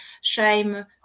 shame